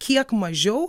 kiek mažiau